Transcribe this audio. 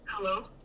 Hello